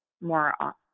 more